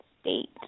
State